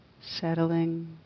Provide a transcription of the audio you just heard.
settling